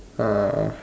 uh